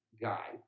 guy